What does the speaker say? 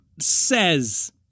says